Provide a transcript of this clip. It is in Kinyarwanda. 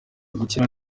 gukira